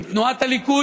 עם תנועת הליכוד,